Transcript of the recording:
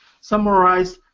summarize